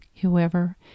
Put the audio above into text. Whoever